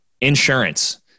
insurance